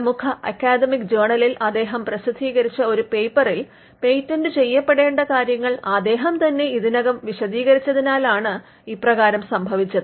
പ്രമുഖ അക്കാദമിക് ജേണലിൽ അദ്ദേഹം പ്രസിദ്ധീകരിച്ച ഒരു പേപ്പറിൽ പേറ്റന്റ് ചെയ്യപ്പെടേണ്ടേ കാര്യങ്ങൾ അദ്ദേഹം തന്നെ ഇതിനകം വിശദീകരിച്ചതിനാലാണ് ഇപ്രകാരം സംഭവിച്ചത്